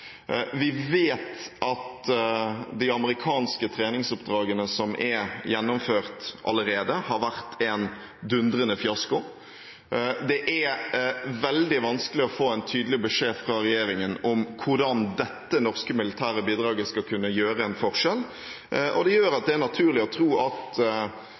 Vi vet at de amerikanske treningsoppdragene som er gjennomført allerede, har vært en dundrende fiasko. Det er veldig vanskelig å få en tydelig beskjed fra regjeringen om hvordan dette norske militære bidraget skal kunne gjøre en forskjell, og det gjør at det er naturlig å tro at